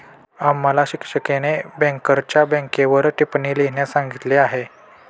आम्हाला शिक्षिकेने बँकरच्या बँकेवर टिप्पणी लिहिण्यास सांगितली आहे